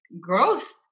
growth